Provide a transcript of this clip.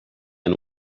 and